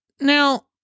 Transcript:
Now